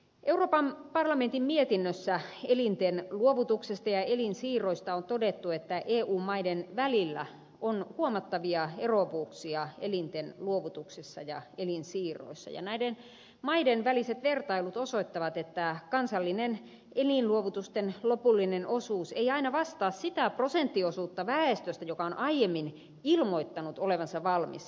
euroopan parlamentin mietinnössä elinten luovutuksesta ja elinsiirroista on todettu että eu maiden välillä on huomattavia eroavuuksia elinten luovutuksissa ja elinsiirroissa ja näiden maiden väliset vertailut osoittavat että kansallinen elinluovutusten lopullinen osuus ei aina vastaa sitä prosenttiosuutta väestöstä joka on aiemmin ilmoittanut olevansa valmis elinluovutukseen